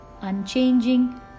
unchanging